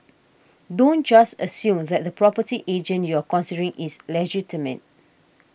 don't just assume that the property agent you're considering is legitimate